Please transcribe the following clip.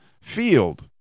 field